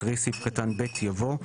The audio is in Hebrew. אחרי סעיף קטן (ב) יבוא: